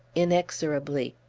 inexorably.